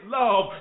love